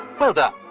well done.